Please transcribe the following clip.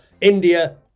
India